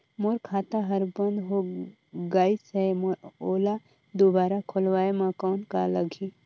मोर खाता हर बंद हो गाईस है ओला दुबारा खोलवाय म कौन का लगही?